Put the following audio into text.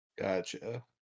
Gotcha